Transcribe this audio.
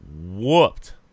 whooped